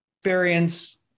experience